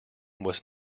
was